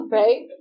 right